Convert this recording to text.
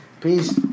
Peace